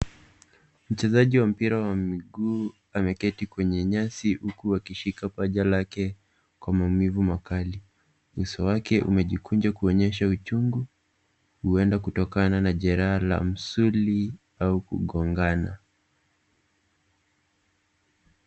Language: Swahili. Mchezaji wa mpira wa miguu ameketi kwenye nyasi huku akishika paja lake kwa maumivu makali. Uso wake umejikunja kuonyesha uchungu, huenda kutokana na jeraha la misuli au kugongana.